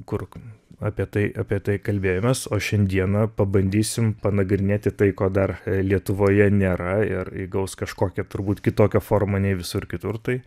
kur apie tai apie tai kalbėjomės o šiandieną pabandysim panagrinėti tai ko dar lietuvoje nėra ir įgaus kažkokią turbūt kitokią formą nei visur kitur tai